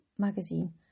magazine